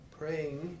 praying